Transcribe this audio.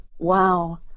wow